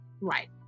right